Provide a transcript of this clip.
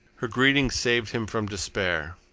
her greeting saved him from despair.